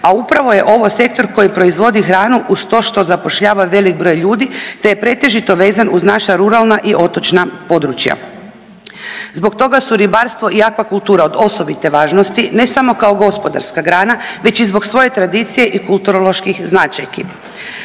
a upravo je ovo sektor koji proizvodi hranu uz to što zapošljava velik broj ljudi, te je pretežito vezan uz naša ruralna i otočna područja. Zbog toga su ribarstvo i akvakultura od osobite važnosti ne samo kao gospodarska grana već i zbog svoje tradicije i kulturoloških značajki.